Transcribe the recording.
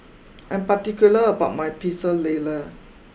I'm particular about my Pecel Lele